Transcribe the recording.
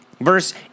Verse